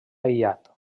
aïllat